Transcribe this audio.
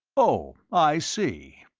oh, i see.